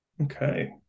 Okay